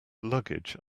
luggage